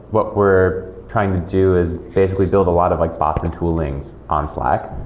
what we're trying to do is basically build a lot of like box and toolings on slack,